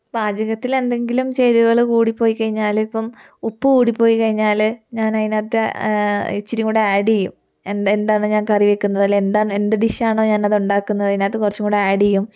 പാചകത്തില് എന്തെങ്കിലും ചേരുവകള് കൂടിപ്പോയിക്കഴിഞ്ഞാല് ഇപ്പം ഉപ്പ് കൂടിപ്പോയിക്കഴിഞ്ഞാല് ഞാനതിനകത്ത് ഇച്ചിരിയും കൂടി ആഡ് ചെയ്യും എന്തെന്താണ് ഞാൻ കറി വെയ്ക്കുന്നത് അല്ലെങ്കിൽ എന്താണ് എന്ത് ഡിഷ് ആണോ ഞാനത് ഉണ്ടാക്കുന്നത് അതിനകത്ത് കുറച്ചും കൂടി ആഡ് ചെയ്യും